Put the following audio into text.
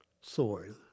soil